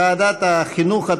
לוועדת החינוך,